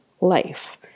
life